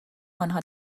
آنها